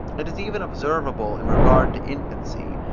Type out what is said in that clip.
it is even observable in regard to infancy,